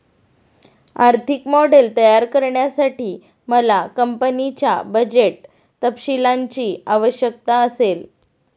आर्थिक मॉडेल तयार करण्यासाठी मला कंपनीच्या बजेट तपशीलांची आवश्यकता असेल